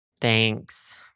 Thanks